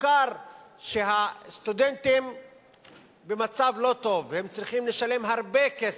הוכר שהסטודנטים במצב לא טוב והם צריכים לשלם הרבה כסף.